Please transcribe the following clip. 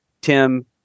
Tim